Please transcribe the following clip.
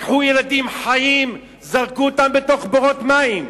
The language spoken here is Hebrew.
לקחו ילדים חיים וזרקו אותם לתוך בורות מים,